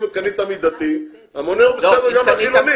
אם קנית מדתי, המונה הוא בסדר גמור.